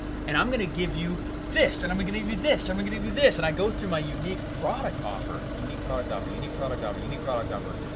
and i'm gonna give you this and i'm gonna give you this. i'm i'm gonna give you this, and i go through my unique product offer, unique product offer, unique product offer, unique product offer,